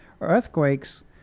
earthquakes